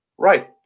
Right